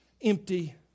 empty